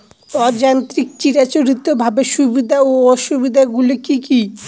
অযান্ত্রিক চিরাচরিতভাবে সুবিধা ও অসুবিধা গুলি কি কি?